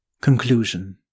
Conclusion